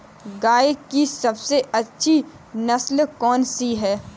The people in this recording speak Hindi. गाय की सबसे अच्छी नस्ल कौनसी है?